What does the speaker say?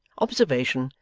observation,